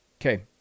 Okay